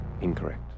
Incorrect